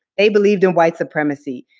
they believed in white supremacy.